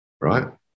right